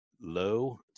low